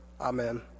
Amen